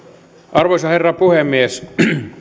arvoisa herra puhemies